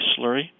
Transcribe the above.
slurry